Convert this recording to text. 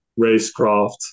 racecraft